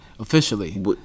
Officially